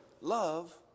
love